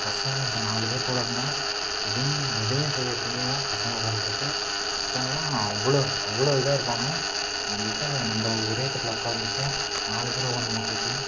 பசங்கள் இப்போ நாலு பேர் கூட இருந்தால் எதையுமே எதையும் செய்யத் துணிவோம் பசங்களோடு இருக்கிறப்ப பசங்களெல்லாம் அவ்வளோ அவ்வளோ இதாக இருப்பானுவோ நம்மள்கிட்ட நம்ம ஒரே தட்டில் உட்காந்துப்போம் நாலு பேரும் உட்காந்துப்போம் ஒரே தட்டில்